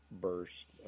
burst